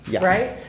Right